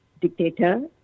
dictator